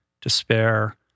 despair